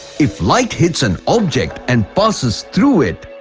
if light hits an object and passes through it.